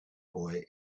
boy